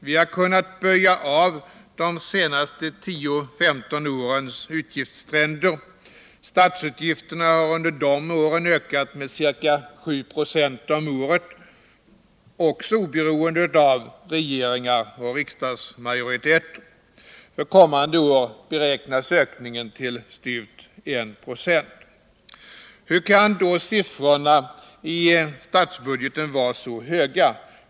Vi har kunnat böja av de senaste 10-15 årens utgiftstrender. Statsutgifterna har under de åren ökat med ca 7 26 om året, också oberoende av regeringar och riksdagsmajoriteter. För kommande år beräknas ökningen till styvt 1 96. Hur kan då siffrorna i statsbudgeten vara så höga?